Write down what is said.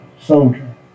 soldier